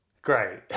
Great